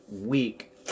week